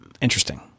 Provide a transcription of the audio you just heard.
Interesting